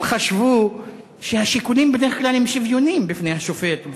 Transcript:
הם חשבו שהשיקולים בדרך כלל הם שוויוניים בפני השופט,